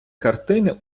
картини